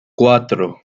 cuatro